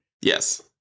Yes